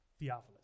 Theophilus